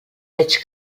veig